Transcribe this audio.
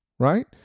Right